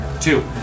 Two